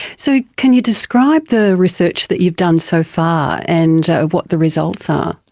so can you describe the research that you've done so far and what the results are?